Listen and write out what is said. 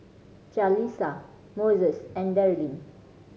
Jalisa Moses and Deryl